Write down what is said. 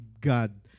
God